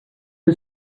the